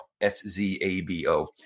S-Z-A-B-O